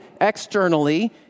externally